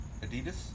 Adidas